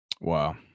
Wow